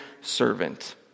servant